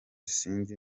sinzi